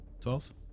Twelve